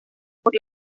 por